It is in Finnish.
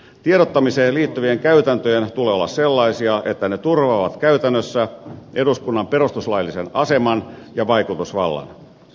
tiedottamiseen liittyvien käytäntöjen tulee olla sellaisia että ne turvaavat käytännössä eduskunnan perustuslaillisen aseman ja vaikutusvallan